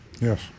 Yes